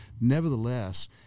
nevertheless